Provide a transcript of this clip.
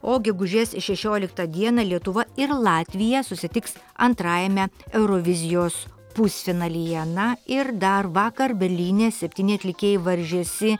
o gegužės šešioliktą dieną lietuva ir latvija susitiks antrajame eurovizijos pusfinalyje na ir dar vakar berlyne septyni atlikėjai varžėsi